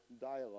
dialogue